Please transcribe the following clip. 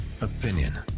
opinion